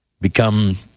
become